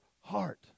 heart